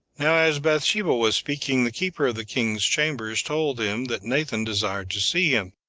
now, as bathsheba was speaking, the keeper of the king's chambers told him that nathan desired to see him.